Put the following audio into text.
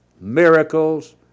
miracles